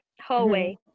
hallway